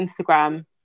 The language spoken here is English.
Instagram